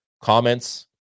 comments